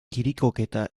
kirikoketa